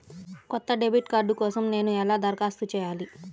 కొత్త debit card కోసం నేను ఎలా దరఖాస్తు చేయాలి?